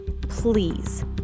please